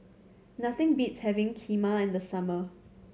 nothing beats having Kheema in the summer